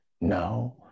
Now